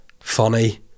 Funny